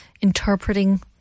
interpreting